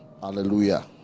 hallelujah